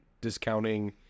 discounting